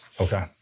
Okay